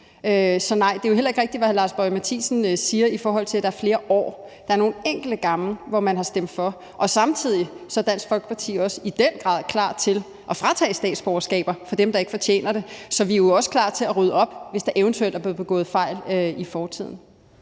Så nej, det er jo heller ikke rigtigt, hvad hr. Lars Boje Mathiesen siger, i forhold til at det er flere år. Der er nogle enkelte gange, hvor man har stemt for, og samtidig er Dansk Folkeparti også i den grad klar til at tage statsborgerskabet fra dem, der ikke fortjener det. Så vi er jo også klar til at rydde op, hvis der eventuelt er blevet begået fejl i fortiden.